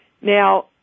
Now